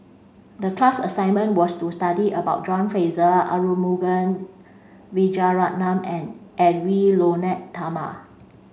the class assignment was to study about John Fraser Arumugam Vijiaratnam and Edwy Lyonet Talma